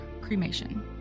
cremation